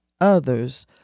others